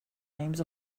names